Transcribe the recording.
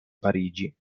parigi